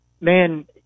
man